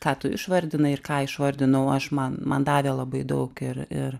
ką tu išvardinai ir ką išvardinau aš man man davė labai daug ir ir